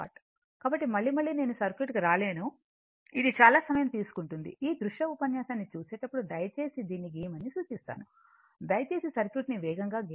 కాబట్టి మళ్లీ మళ్లీ నేను సర్క్యూట్కు రాలేదు అది చాలా సమయం తీసుకుంటుంది ఈ దృశ్య ఉపన్యాసాన్ని చూసేటప్పుడు దయచేసి దీన్ని గీయమని సూచిస్తాను దయచేసి సర్క్యూట్ను వేగంగా గీయండి